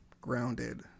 grounded